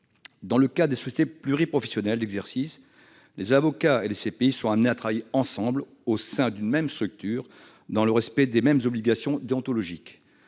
Dans le cadre des sociétés pluriprofessionnelles d'exercice, les avocats et les CPI sont amenés à travailler ensemble au sein d'une même structure, dans le respect des mêmes obligations déontologiques.